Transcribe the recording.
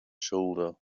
shoulder